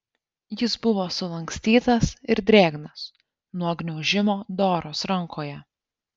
jis buvo sulankstytas ir drėgnas nuo gniaužimo doros rankoje